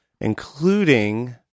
Including